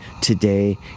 today